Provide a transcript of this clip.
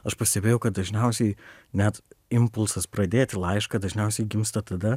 aš pastebėjau kad dažniausiai net impulsas pradėti laišką dažniausiai gimsta tada